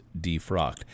defrocked